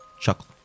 chuckle